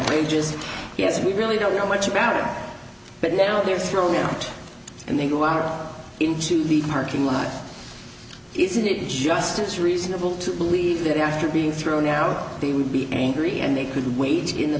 wages yes we really don't know much about it but now they're thrown out and they go out into the parking lot is it just it's reasonable to believe that after being thrown out they would be angry and they could wait in the